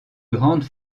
grande